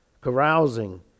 carousing